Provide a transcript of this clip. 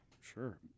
sure